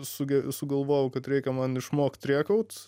sugė sugalvojau kad reikia man išmokt rėkaut